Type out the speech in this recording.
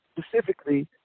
specifically